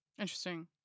Interesting